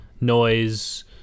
noise